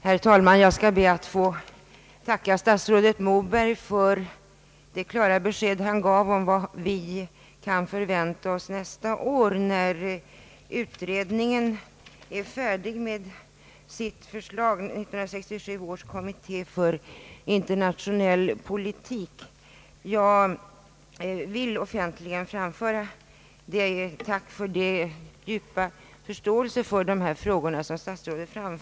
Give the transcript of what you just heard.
Herr talman! Jag skall be att få tacka statsrådet Moberg för det klara besked han gav om vad vi kan förvänta oss nästa år, när 1967 års kommitté för internationell politik är färdig med sitt förslag. Jag vill offentligen framföra ett tack för den djupa förståelse för dessa frågor som statsrådet visat.